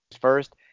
first